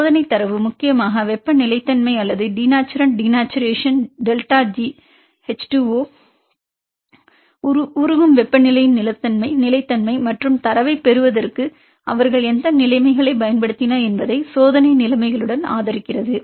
சோதனைத் தரவு முக்கியமாக வெப்ப நிலைத்தன்மை அல்லது denaturant denaturation delta G H 2 O உருகும் வெப்பநிலையின் நிலைத்தன்மை மற்றும் தரவைப் பெறுவதற்கு அவர்கள் எந்த நிலைமைகளைப் பயன்படுத்தின என்பதை சோதனை நிலைமைகளுடன் ஆதரிக்கிறது